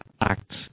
acts